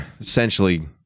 essentially